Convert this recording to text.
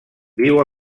viu